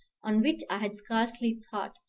on which i had scarcely thought,